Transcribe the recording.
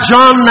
John